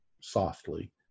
softly